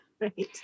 Right